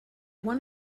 one